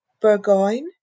Burgoyne